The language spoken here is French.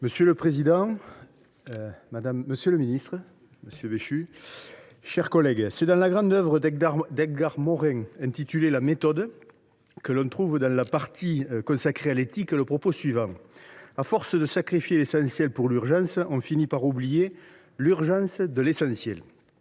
Monsieur le président, monsieur le ministre, mes chers collègues, c’est dans la grande œuvre d’Edgar Morin intitulée que l’on trouve, dans la partie consacrée à l’éthique, le propos suivant :« À force de sacrifier l’essentiel pour l’urgence, on finit par oublier l’urgence de l’essentiel. »